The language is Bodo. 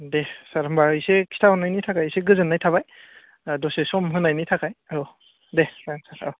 दे सार होम्बा इसे खिथा हरनायनि थाखाय इसे गोजोननाय थाबाय दसे सम होनायनि थाखाय औ दे औ